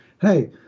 hey